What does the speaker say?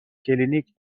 کلینیک